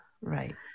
Right